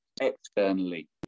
externally